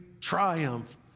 Triumph